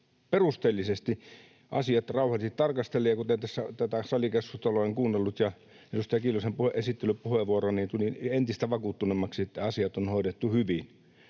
perusteellisesti, asiat rauhallisesti tarkastellen. Ja kun tätä salikeskustelua ja edustaja Kiljusen esittelypuheenvuoron olen kuunnellut, niin tulin entistä vakuuttuneemmaksi, että asiat on hoidettu hyvin.